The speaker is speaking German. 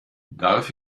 darf